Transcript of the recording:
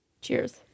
cheers